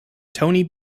tony